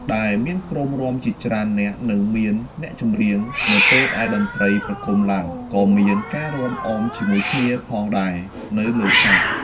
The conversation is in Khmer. ដែលមានក្រុមរាំជាច្រើននាក់និងមានអ្នកចម្រៀង នៅពេលដែលតន្រ្តីប្រគុំឡើងក៏មានការរាំអមជាមួយគ្នាផងដែរនៅលើឆាត។